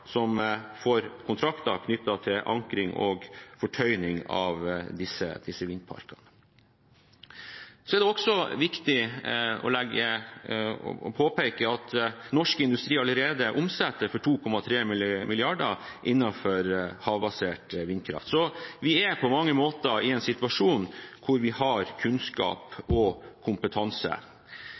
som får kontrakter knyttet til ankring og fortøyning av disse vindparkene. Så er det også viktig å påpeke at norsk industri allerede omsetter for 2,3 mrd. kr innenfor havbasert vindkraft. Så vi er på mange måter i en situasjon hvor vi har kunnskap og kompetanse.